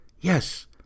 Yes